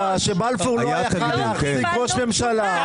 שבלפור לא יכול היה להחזיק ראש ממשלה?